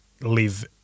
live